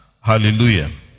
hallelujah